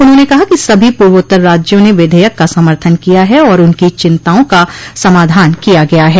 उन्होंने कहा कि सभी पूर्वोत्तर राज्यों ने विधेयक का समर्थन किया है और उनकी चिंताओं का समाधान किया गया है